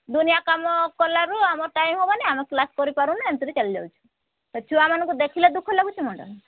ଦୁନିଆ କାମ କଲାରୁ ଆମ ଟାଇମ୍ ହେବନି ଆମେ କ୍ଲାସ୍ କରିପାରୁନୁ ଏମିତିରେ ଚାଲିଯାଉଛୁ ସେ ଛୁଆମାନଙ୍କୁ ଦେଖିଲେ ଦୁଃଖ ଲାଗୁଛି ମ୍ୟାଡ଼ାମ୍